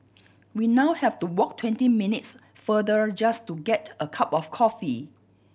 we now have to walk twenty minutes farther just to get a cup of coffee